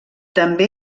també